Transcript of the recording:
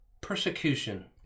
persecution